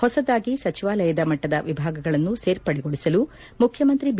ಹೊಸದಾಗಿ ಸಚಿವಾಲಯ ಮಟ್ಟದ ವಿಭಾಗಗಳನ್ನು ಸೇರ್ಪಡೆಗೊಳಿಸಲು ಮುಖ್ಯಮಂತ್ರಿ ಬಿ